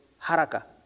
Haraka